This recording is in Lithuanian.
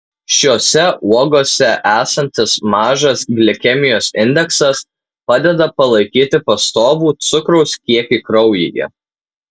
šiose uogose esantis mažas glikemijos indeksas padeda palaikyti pastovų cukraus kiekį kraujyje